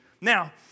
Now